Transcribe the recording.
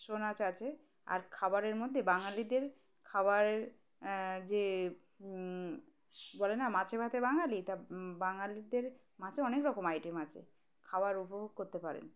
ছৌনাচ আছে আর খাবারের মধ্যে বাঙালিদের খাবার যে বলে না মাছে ভাতে বাঙালি তা বাঙালিদের মাছে অনেক রকম আইটেম আছে খাবার উপভোগ করতে পারেন